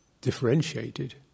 differentiated